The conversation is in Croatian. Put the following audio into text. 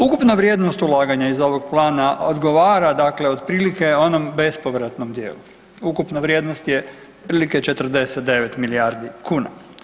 Ukupna vrijednost ulaganja iz ovog Plana odgovara dakle otprilike onom bespovratnom dijelu, ukupna vrijednost je otprilike 49 milijardi kuna.